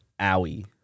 Owie